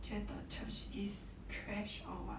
觉得 church is trash or what